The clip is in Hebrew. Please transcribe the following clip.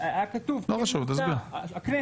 אחר כך יש בזה שימוש לגבי ההבחנות